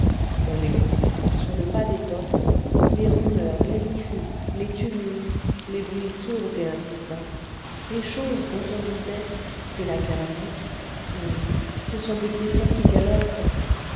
on écoutait sur le pas des portes les rumeurs les cris les tumultes les bruits sourds et indistincts des choses dont on disait c'est la cavalerie ou ce sont des caissons qui galopent